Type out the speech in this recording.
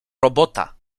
robota